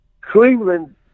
Cleveland